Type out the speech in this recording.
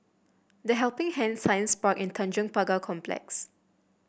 The Helping Hand Science Park and Tanjong Pagar Complex